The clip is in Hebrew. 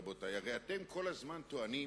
רבותי, הרי אתם כל הזמן טוענים